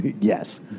Yes